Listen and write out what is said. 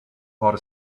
bought